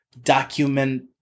document